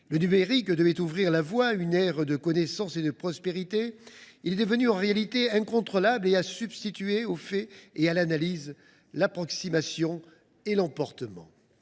Le numérique devait ouvrir la voie à une ère de connaissance et de prospérité. Il est devenu en réalité incontrôlable, et a substitué l’approximation et l’emportement